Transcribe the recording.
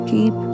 Keep